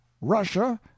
russia